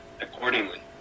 accordingly